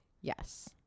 Yes